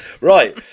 Right